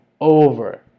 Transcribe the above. over